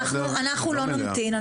אנחנו לא נמתין.